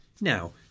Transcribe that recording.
Now